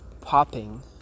popping